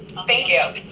thank you.